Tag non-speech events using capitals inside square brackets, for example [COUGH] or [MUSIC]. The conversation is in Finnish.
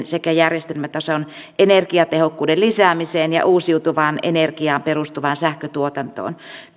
[UNINTELLIGIBLE] sekä järjestelmätason energiatehokkuuden lisäämiseen ja uusiutuvaan energiaan perustuvaan sähköntuotantoon